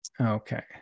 Okay